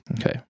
Okay